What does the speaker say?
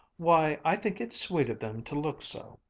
why, i think it's sweet of them to look so!